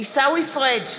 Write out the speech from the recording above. עיסאווי פריג'